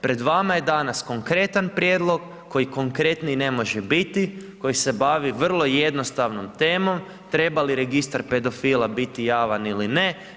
Pred vama je danas konkretan prijedlog, koji konkretniji ne može biti, koji se bavi vrlo jednostavnom temom, treba li registar pedofila biti javan ili ne.